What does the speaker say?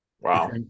Wow